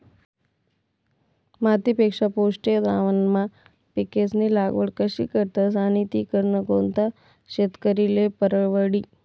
मातीपेक्षा पौष्टिक द्रावणमा पिकेस्नी लागवड कशी करतस आणि ती करनं कोणता शेतकरीले परवडी?